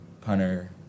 punter